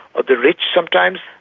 or the rich sometimes.